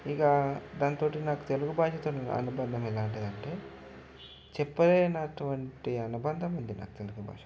ఇక దాంతో నాకు తెలుగు భాషతో అనుబంధం ఎలాంటిది అంటే చెప్పలేనటువంటి అనుబంధం ఉంది నాకు తెలుగు భాషతో